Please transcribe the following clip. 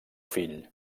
fill